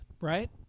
right